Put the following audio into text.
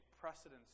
precedence